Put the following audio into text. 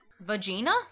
Vagina